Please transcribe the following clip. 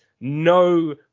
no